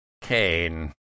Kane